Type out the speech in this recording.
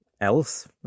else